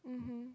mmhmm